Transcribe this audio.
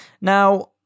Now